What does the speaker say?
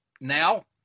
Now